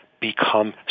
become